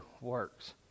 works